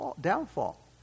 downfall